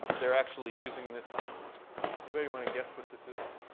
they're actually using this anybody want to guess what this is,